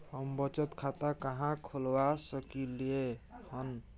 हम बचत खाता कहाॅं खोलवा सकलिये हन?